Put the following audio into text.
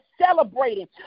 celebrating